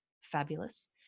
fabulous